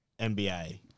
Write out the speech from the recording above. NBA